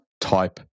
type